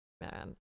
man